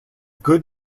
good